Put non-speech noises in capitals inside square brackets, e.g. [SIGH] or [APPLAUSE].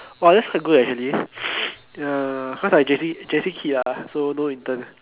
!wah! that is quite good actually [NOISE] ya cause I J_C J_C kid ah so no intern